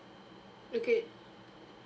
okay